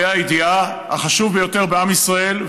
החשוב ביותר בעם ישראל,